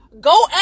go